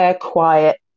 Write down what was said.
quiet